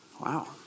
Wow